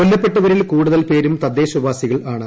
കൊല്ലപ്പെട്ടവരിൽ കൂടുതൽ പേരും തദ്ദേശവാസികൾ ആണ്